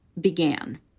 began